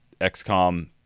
XCOM